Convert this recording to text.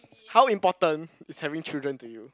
how important is having children to you